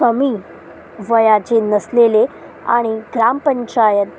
कमी वयाचे नसलेले आणि ग्रामपंचायत